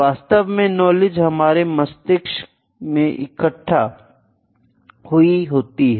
वास्तव में नॉलेज हमारे मस्तिष्क में इकट्ठा हुई होती है